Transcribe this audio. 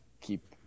keep